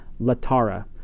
Latara